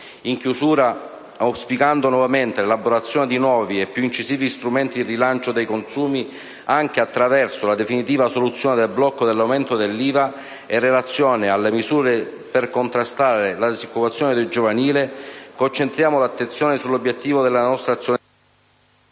In chiusura, auspicando nuovamente l'elaborazione di nuovi e più incisivi strumenti di rilancio dei consumi anche attraverso la definitiva soluzione del blocco dell'aumento IVA - differito al 1° ottobre - e in relazione alle misure per contrastare la disoccupazione giovanile, concentriamo l'attenzione sull'obiettivo della nostra azione